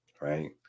right